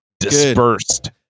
dispersed